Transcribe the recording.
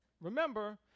Remember